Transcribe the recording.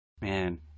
Man